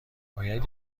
باید